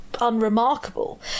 unremarkable